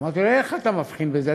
אמרתי לו: איך אתה מבחין בזה?